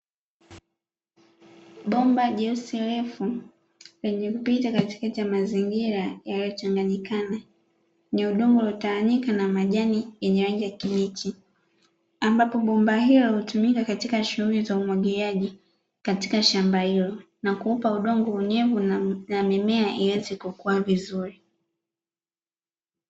Bomba jeusi refu lililopita katikati ya mazingira yaliyochanganyikana, yenye udongo uliotawanyika na majani yenye rangi ya kijani kibichi. Ambapo bomba hilo hutumika katika shughuli za umwagiliaji katika shamba hilo na kuupa udongo unyevu na mimea iweze kukua vizuri.